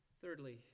Thirdly